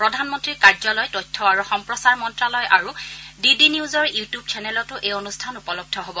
প্ৰধানমন্ত্ৰীৰ কাৰ্যালয় তথ্য আৰু সম্প্ৰচাৰ মন্ত্ৰালয় আৰু ডি ডি নিউজৰ ইউটিউব চেনেলতো এই অনুষ্ঠান উপলব্ধ হ'ব